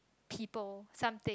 people something